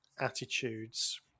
attitudes